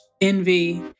envy